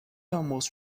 almost